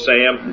Sam